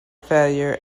failure